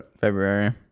February